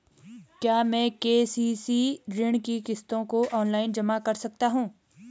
क्या मैं के.सी.सी ऋण की किश्तों को ऑनलाइन जमा कर सकता हूँ?